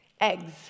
eggs